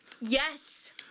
Yes